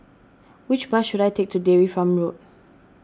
which bus should I take to Dairy Farm Road